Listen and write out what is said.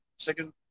Second